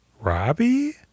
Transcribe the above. Robbie